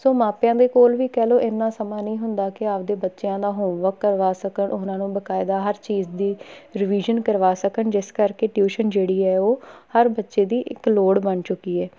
ਸੋ ਮਾਪਿਆਂ ਦੇ ਕੋਲ ਵੀ ਕਹਿ ਲਓ ਇੰਨਾ ਸਮਾਂ ਨਹੀਂ ਹੁੰਦਾ ਕਿ ਆਪਦੇ ਬੱਚਿਆਂ ਦਾ ਹੋਮਵਰਕ ਕਰਵਾ ਸਕਣ ਉਹਨਾਂ ਨੂੰ ਬਕਾਇਦਾ ਹਰ ਚੀਜ਼ ਦੀ ਰਵੀਜ਼ਨ ਕਰਵਾ ਸਕਣ ਜਿਸ ਕਰਕੇ ਟਿਊਸ਼ਨ ਜਿਹੜੀ ਹੈ ਉਹ ਹਰ ਬੱਚੇ ਦੀ ਇੱਕ ਲੋੜ ਬਣ ਚੁੱਕੀ ਹੈ